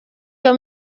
iyo